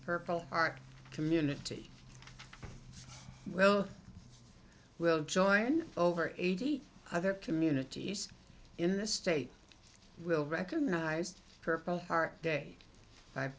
purple heart community well will join over eighty eight other communities in this state will recognize purple heart day five